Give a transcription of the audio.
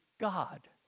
God